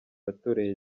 watoreye